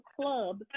club